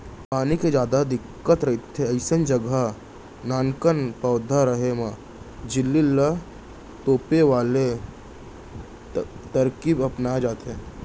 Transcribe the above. पानी के जादा दिक्कत रहिथे अइसन जघा नानकन पउधा रेहे म झिल्ली ल तोपे वाले तरकीब अपनाए जाथे